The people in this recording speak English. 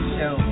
Show